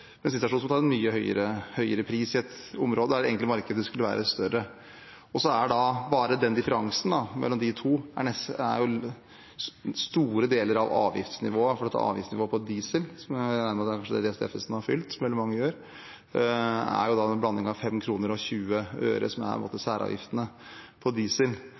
en situasjon der en tar en mye høyere pris i et område der markedet egentlig skulle være større. Bare differansen mellom de to utgjør store deler av avgiftsnivået, for avgiftsnivået på diesel – som jeg regner med at kanskje er det Steffensen har fylt, som veldig mange gjør – er jo en blanding av 5,20 kr, som på en måte er særavgiftene på diesel.